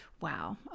wow